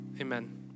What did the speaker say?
Amen